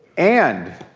and,